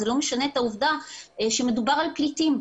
זה לא משנה את העובדה שמדובר בפליטים.